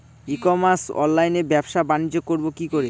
ই commerce অনলাইনে ব্যবসা বানিজ্য করব কি করে?